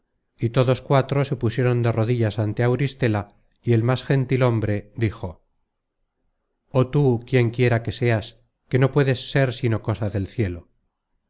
y todos cuatro se pusieron de rodillas ante auristela y el más gentil hombre dijo oh tú quien quiera que seas que no puedes ser sino cosa del cielo